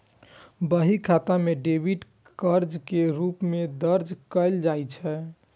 बही खाता मे डेबिट कें कर्ज के रूप मे दर्ज कैल जाइ छै